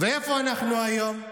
ואיפה אנחנו היום?